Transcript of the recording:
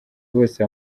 bose